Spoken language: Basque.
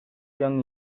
joan